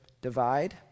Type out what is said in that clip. divide